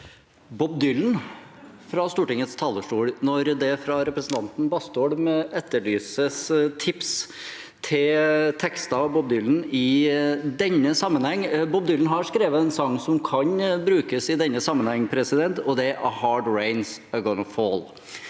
Bob Dylan fra Stortingets talerstol, når det fra representanten Bastholm etterlyses tips til tekster av Bob Dylan i denne sammenheng. Bob Dylan har skrevet en sang som kan brukes i denne sammenheng, og det er A Hard Rain’s AGonna Fall.